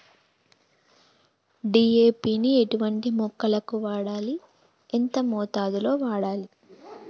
DAP ని ఎటువంటి మొక్కలకు వాడాలి? ఎంత మోతాదులో వాడాలి?